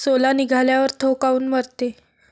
सोला निघाल्यावर थो काऊन मरते?